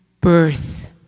birth